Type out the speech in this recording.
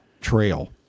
trail